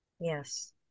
Yes